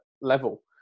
level